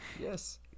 yes